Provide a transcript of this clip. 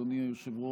אדוני היושב-ראש.